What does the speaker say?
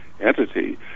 entity